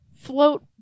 float